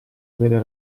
avere